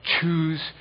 choose